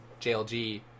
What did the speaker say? JLG